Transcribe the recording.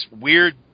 weird